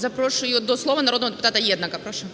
Запрошую до слова народного депутата Єднака. Прошу.